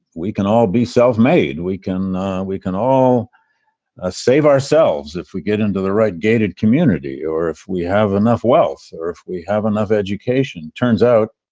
we can all be self-made. we can we can all ah save ourselves if we get into the right gated community or if we have enough wealth or if we have enough education. turns out.